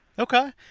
Okay